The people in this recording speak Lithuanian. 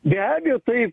be abejo tai